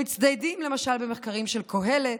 הם מצטיידים למשל במחקרים של קהלת,